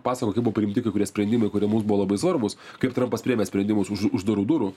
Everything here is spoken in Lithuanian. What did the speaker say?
pasakojo kaip buvo priimti kai kurie sprendimai kurie mums buvo labai svarbūs kaip trampas priėmė sprendimus už uždarų durų